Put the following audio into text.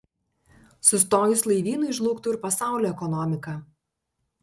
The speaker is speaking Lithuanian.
sustojus laivynui žlugtų ir pasaulio ekonomika